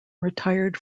retired